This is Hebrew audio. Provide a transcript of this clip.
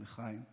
לחיים,